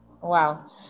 Wow